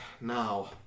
now